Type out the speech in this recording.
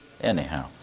Anyhow